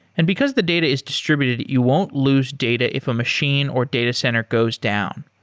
and because the data is distributed, you won't lose data if a machine or data center goes down.